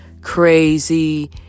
crazy